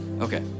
okay